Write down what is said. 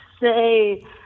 say